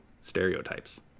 stereotypes